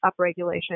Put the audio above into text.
upregulation